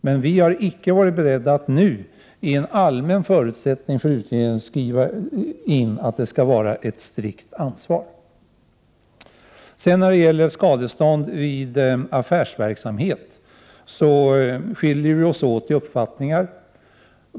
Men vi har icke varit beredda att nu i en allmän förutsättning för utredningen skriva in att det skall vara ett strikt ansvar. När det gäller skadestånd vid affärsverksamhet skiljer vi oss åt i våra uppfattningar.